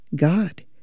God